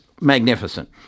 magnificent